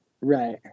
Right